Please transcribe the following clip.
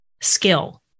skill